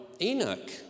Enoch